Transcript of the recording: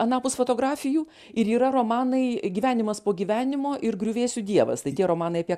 anapus fotografijų ir yra romanai gyvenimas po gyvenimo ir griuvėsių dievas tai tie romanai apie